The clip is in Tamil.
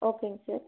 ஓகேங்க சார்